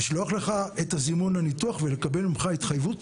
לשלוח לך את הזימון לניתוח ולקבל ממך התחייבות.